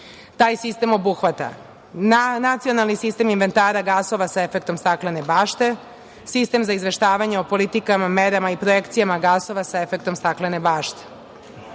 Taj sistem obuhvata, nacionalni sistem inventara gasova sa efektom staklene bašte, sistem za izveštavanje o politikama, merama i projekcijama gasova sa efektom staklene bašte.